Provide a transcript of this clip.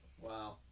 Wow